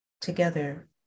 together